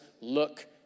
look